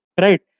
Right